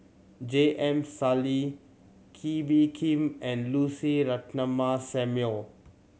J M Sali Kee Bee Khim and Lucy Ratnammah Samuel